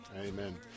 amen